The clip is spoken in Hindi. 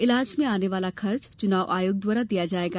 इलाज में आने वाला खर्च चुनाव आयोग द्वारा दिया जाएगा